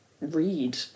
read